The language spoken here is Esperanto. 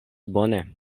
bone